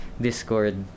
Discord